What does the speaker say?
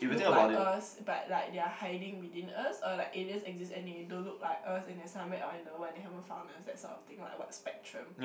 look like us but like they are hiding within us or like aliens exist and they don't look like us and they are somewhere out in the world and they haven't found us that sort of thing like what spectrum